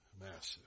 massive